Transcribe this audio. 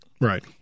Right